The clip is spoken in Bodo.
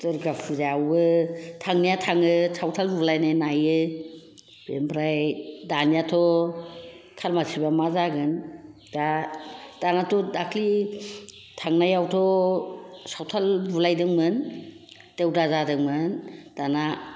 दुर्गा फुजायावबो थांनाया थाङो सावथाल बुलायनाय नायो बेनिफ्राय दानियाथ' खालमासिबा मा जागोन दानाथ' दाख्लि थांनायावथ' सावथाल बुलायदोंमोन देउदा जादोंमोन दाना